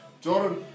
Jordan